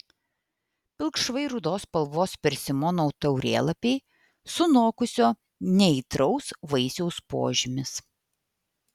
pilkšvai rudos spalvos persimono taurėlapiai sunokusio neaitraus vaisiaus požymis